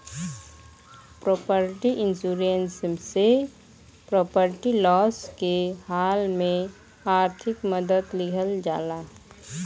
property insurance से property loss के हाल में आर्थिक मदद लीहल जाला